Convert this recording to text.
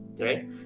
right